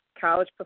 college